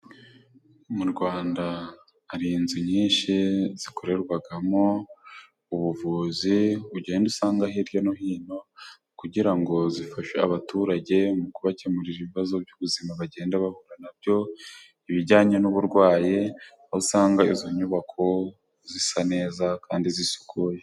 Mu Rwanda hari inzu nyinshi zikorerwamo ubuvuzi ugenda usanga hirya no hino kugira ngo zifashe abaturage mu kubakemurira ibibazo by'ubuzima bagenda bahura na byo, ibijyanye n'uburwayi usanga izo nyubako zisa neza kandi zisukuye.